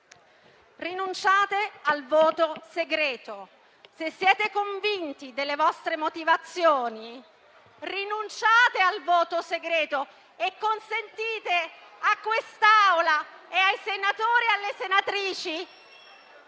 rinunciare al voto segreto. Se siete convinti delle vostre motivazioni, rinunciate al voto segreto e consentite ai senatori e alle senatrici